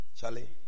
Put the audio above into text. Charlie